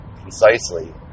concisely